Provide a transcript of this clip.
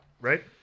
right